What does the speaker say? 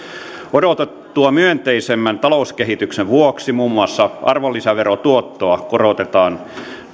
odotettua myönteisemmän talouskehityksen vuoksi muun muassa arvonlisäverotuottoa korotetaan